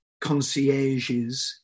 concierges